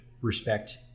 respect